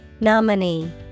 Nominee